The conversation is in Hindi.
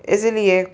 इसीलिए